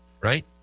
right